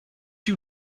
you